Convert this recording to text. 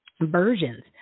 versions